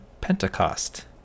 Pentecost